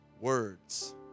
words